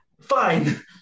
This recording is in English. fine